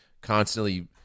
constantly